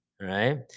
right